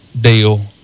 deal